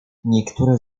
niektóre